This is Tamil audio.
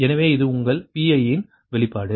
எனவே இது உங்கள் Pi யின் வெளிப்பாடு